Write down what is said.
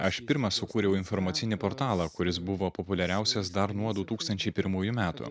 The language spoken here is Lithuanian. aš pirmas sukūriau informacinį portalą kuris buvo populiariausias dar nuo du tūkstančiai pirmųjų metų